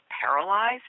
paralyzed